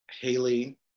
Haley